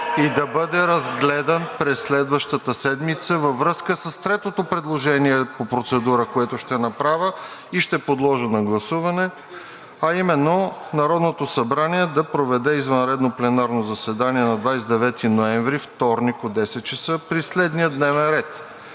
и да бъде разгледан през следващата седмица във връзка с третото предложение по процедура, което ще направя и ще подложа на гласуване, а именно Народното събрание да проведе извънредно пленарно заседание на 29 ноември, вторник, от 10,00 часа при следния дневен ред: